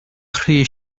rhy